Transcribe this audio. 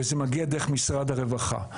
וזה מגיע דרך משרד הרווחה.